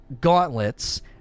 gauntlets